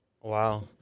Wow